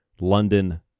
London